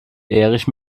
erich